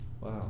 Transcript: wow